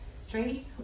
straight